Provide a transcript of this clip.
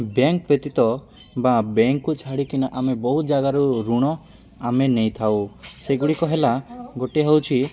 bank ବ୍ୟତୀତ ବା ବ୍ୟାଙ୍କକୁ ଛାଡ଼ିକିନା ଆମେ ବହୁତ ଜାଗାରୁ ଋଣ ଆମେ ନେଇଥାଉ ସେଗୁଡ଼ିକ ହେଲା ଗୋଟିଏ ହେଉଛି